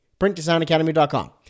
Printdesignacademy.com